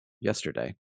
yesterday